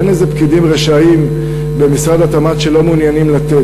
אין איזה פקידים רשעים במשרד התמ"ת שלא מעוניינים לתת,